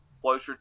closer